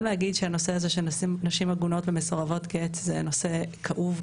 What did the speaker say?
להגיד שהנושא הזה של נשים עגונות ומסורבות גט זה נושא כאוב,